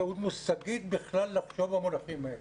טעות מושגית בכלל לחשוב במונחים האלה.